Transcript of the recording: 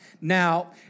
Now